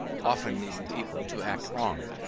often leading people to act wrong.